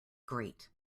great